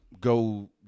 go